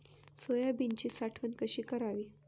सोयाबीनची साठवण कशी करावी?